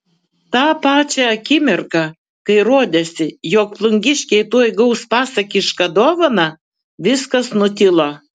tą pačią akimirką kai rodėsi jog plungiškiai tuoj gaus pasakišką dovaną viskas nutilo